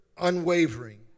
unwavering